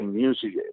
music